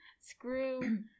Screw